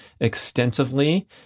extensively